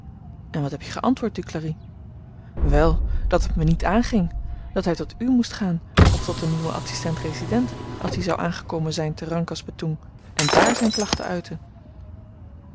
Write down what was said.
en wat heb je geantwoord duclari wèl dat het me niet aanging dat hy tot u moest gaan of tot den nieuwen adsistent resident als die zou aangekomen zyn te rangkas betoeng en dààr zyn klachten uiten